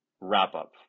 wrap-up